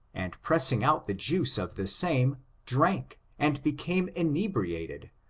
and pressing out the juice of the same, drank, and became inebriated,